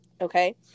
okay